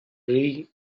reign